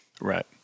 Right